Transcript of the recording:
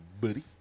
buddy